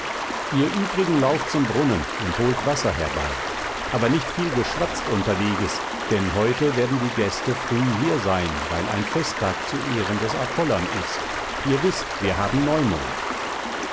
ihr übrigen lauft zum brunnen und holt wasser herbei aber nicht viel geschwatzt unterweges denn heute werden die gäste früh hier sein weil ein festtag zu ehren des apollon ist ihr wißt wir haben neumond